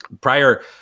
prior